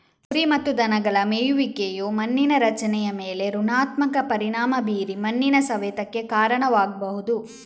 ಕುರಿ ಮತ್ತು ದನಗಳ ಮೇಯುವಿಕೆಯು ಮಣ್ಣಿನ ರಚನೆಯ ಮೇಲೆ ಋಣಾತ್ಮಕ ಪರಿಣಾಮ ಬೀರಿ ಮಣ್ಣಿನ ಸವೆತಕ್ಕೆ ಕಾರಣವಾಗ್ಬಹುದು